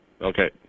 Okay